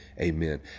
Amen